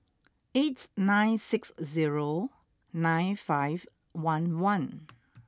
eight nine six zero nine five one one